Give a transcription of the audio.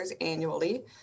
annually